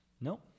No